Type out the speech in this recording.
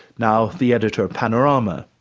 now the editor of panorama.